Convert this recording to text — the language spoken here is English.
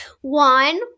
One